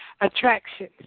Attraction